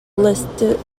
listed